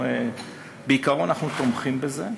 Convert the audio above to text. בעיקרון אנחנו תומכים בזה,